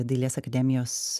dailės akademijos